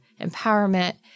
empowerment